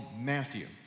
Matthew